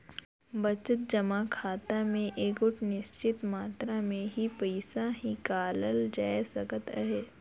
बचत जमा खाता में एगोट निच्चित मातरा में ही पइसा हिंकालल जाए सकत अहे